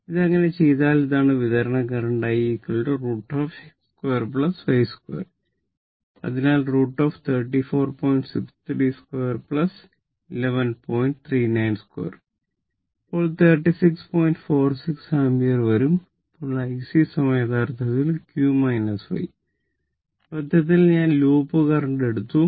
ഇത് അങ്ങനെ ചെയ്താൽ ഇതാണ് വിതരണ കറന്റ് I √ എടുത്തു